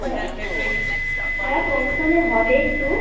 হ্যাঁ হ্যাঁ কম সমে হবে একটু